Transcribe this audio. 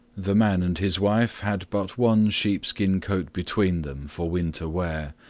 the man and his wife had but one sheepskin coat between them for winter wear,